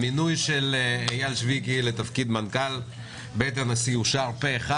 המינוי של אייל שויקי לתפקיד מנכ"ל בית הנשיא אושר פה אחד